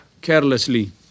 carelessly